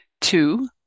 Two